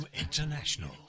International